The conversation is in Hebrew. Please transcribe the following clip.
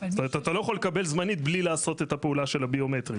אתה לא יכול לקבל זמנית בלי לעשות את הפעולה של הביומטרית.